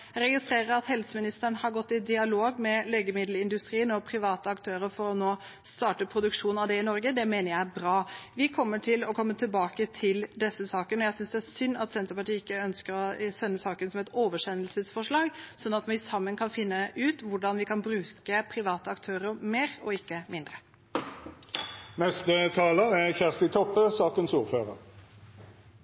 Jeg registrerer at helseministeren har gått i dialog med legemiddelindustrien og private aktører for nå å starte produksjon av det i Norge. Det mener jeg er bra. Vi vil komme tilbake til denne saken. Jeg synes det er synd at Senterpartiet ikke ønsker å gjøre forslaget om til et oversendelsesforslag, sånn at vi sammen kan finne ut hvordan vi kan bruke private aktører mer, og ikke mindre.